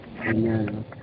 Amen